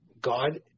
God